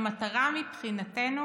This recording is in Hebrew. המטרה מבחינתנו